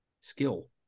skill